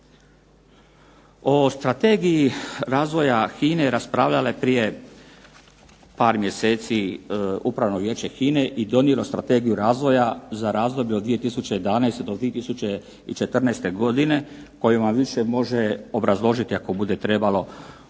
O strategiji razvoja HINA-e raspravljala je prije par mjeseci Upravno vijeće HINA-e i donijelo strategiju razvoja za razdoblje od 2011. do 2014. godine, koju vam više može obrazložiti ako bude trebalo